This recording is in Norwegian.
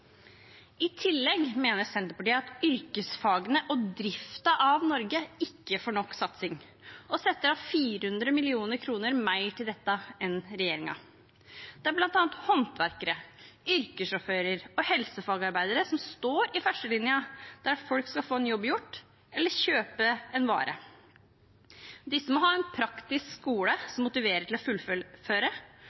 I tillegg mener Senterpartiet at yrkesfagene og driften av Norge ikke får nok satsing, og setter av 400 mill. kr mer til dette enn regjeringen. Det er bl.a. håndverkere, yrkessjåfører og helsefagarbeidere som står i førstelinja der folk skal få en jobb gjort eller kjøpe en vare. Disse må ha en praktisk skole som motiverer til å